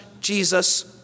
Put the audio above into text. Jesus